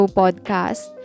podcast